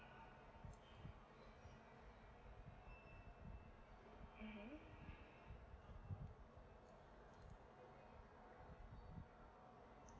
mmhmm